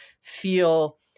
feel